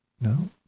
No